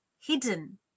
hidden